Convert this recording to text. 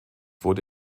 wurde